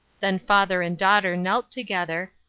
then father and daughter knelt together,